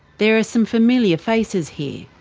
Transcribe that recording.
there are some familiar faces here.